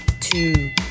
two